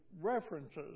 references